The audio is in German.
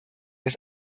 das